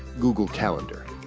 google calendar.